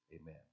Amen